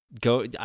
Go